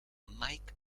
mike